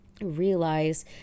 realize